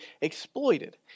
exploited